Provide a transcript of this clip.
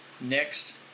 next